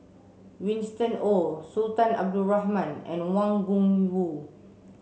Winston Oh Sultan Abdul Rahman and Wang Gungwu